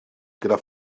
gyda